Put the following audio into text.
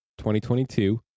2022